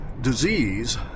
disease